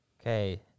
Okay